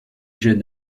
jeune